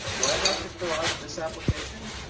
do i have to fill out this application?